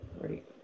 Right